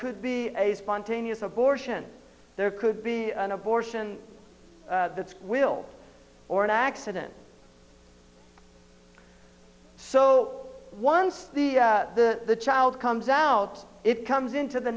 could be a spontaneous abortion there could be an abortion that's will or an accident so once the the child comes out it comes into the